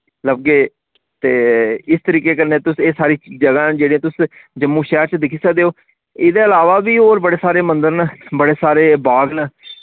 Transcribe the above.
लब्गे ते इस तरीके कन्नै तुस एह् सारी जगहं न जेह्ड़ी तुस जम्मू शैह्र च दिक्खी सकदे ओ इदे आलावा वी और बड़े सारे मंदर न बड़े सारे बाग न